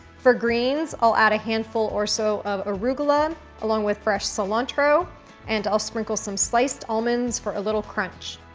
for greens, i'll add a handful or so of arugula along with fresh cilantro and i'll sprinkle some sliced almonds for a little crunch.